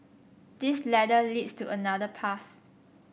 this ladder leads to another path